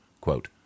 quote